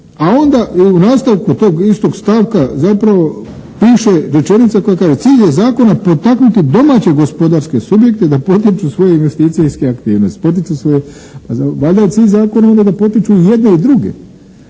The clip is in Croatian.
a onda u nastavku tog istog stavka zapravo piše rečenica koja kaže: Cilj je zakona potaknuti domaće gospodarske subjekte da potiču svoje investicije i sve aktivnosti. Valjda je cilj zakona ovdje da potiču i jedne i druge,